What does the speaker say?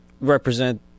represent